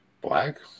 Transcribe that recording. Black